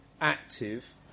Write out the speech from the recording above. active